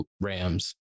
rams